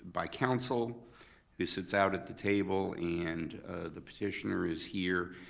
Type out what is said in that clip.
by counsel who sits out at the table, and the petitioner is here.